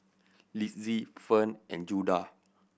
Litzy Fern and Judah